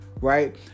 right